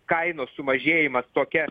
kainos sumažėjimas tokia